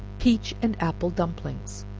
peach and apple dumplings.